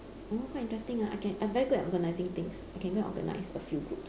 oh quite interesting ah I can I'm very good at organising things I can go and organise a few groups